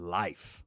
life